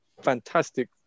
fantastic